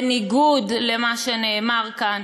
בניגוד למה שנאמר כאן.